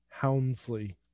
Houndsley